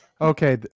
Okay